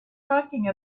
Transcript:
talking